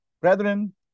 brethren